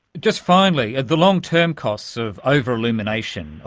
just finally, the long-term costs of over-illumination,